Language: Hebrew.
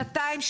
שנתיים,